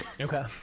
Okay